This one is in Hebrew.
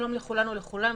שלום לכולנו ולכולם,